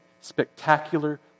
spectacular